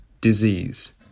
disease